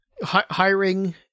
hiring